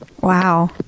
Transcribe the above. Wow